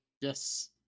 Yes